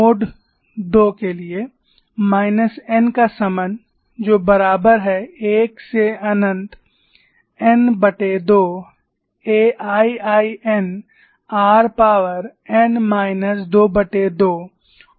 mode II के लिए minus n का समन जो बराबर है 1 से अनंत n2 A IIn r power n minus 22